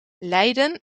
leiden